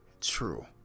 true